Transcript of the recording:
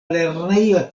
lerneja